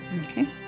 Okay